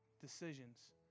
decisions